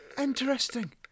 Interesting